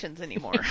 anymore